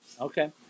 Okay